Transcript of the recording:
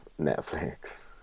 netflix